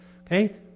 Okay